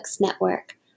Network